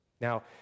Now